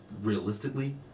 realistically